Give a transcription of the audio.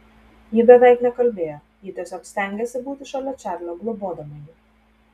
ji beveik nekalbėjo ji tiesiog stengėsi būti šalia čarlio globodama jį